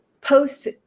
post